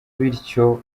bityo